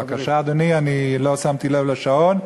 בבקשה, אדוני, אני לא שמתי לב לשעון.